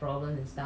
right